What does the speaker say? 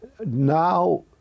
now